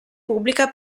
pubblica